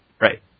Right